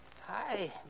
Hi